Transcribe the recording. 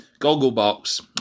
Gogglebox